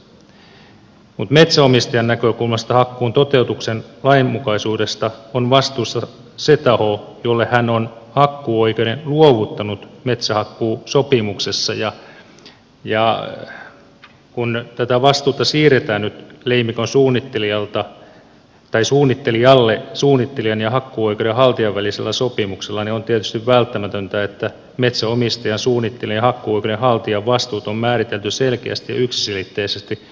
mutta metsänomistajan näkökulmasta hakkuun toteutuksen lainmukaisuudesta on vastuussa se taho jolle hän on hakkuuoikeuden luovuttanut metsänhakkuusopimuksessa ja kun tätä vastuuta siirretään nyt leimikonsuunnittelijalle suunnittelijan ja hakkuuoikeuden haltijan välisellä sopimuksella niin on tietysti välttämätöntä että metsänomistajan suunnittelijan ja hakkuuoikeuden haltijan vastuut on määritelty selkeästi ja yksiselitteisesti